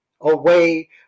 away